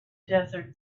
desert